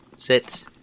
Sit